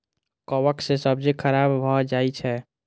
कवक सं सब्जी खराब भए जाइ छै